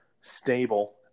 stable